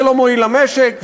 זה לא מועיל למשק,